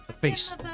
Face